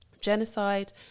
genocide